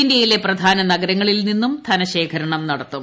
ഇന്ത്യയിലെ പ്രധാന നഗരങ്ങളിൽ നിന്നും ധനശേഖരണം നടത്തും